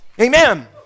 Amen